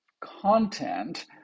content